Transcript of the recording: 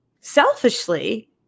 selfishly